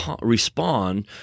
respond